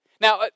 Now